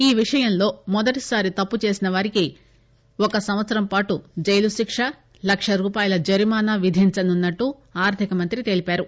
ఈ విషయంలో మొదటిసారి తప్పు చేసిన వారికి ఒక సంవత్సరం పాటు జైలు శిక్ష లక్ష రూపాయల జరిమానా విధించనున్నట్లు ఆర్దికమంత్రి తెలిపారు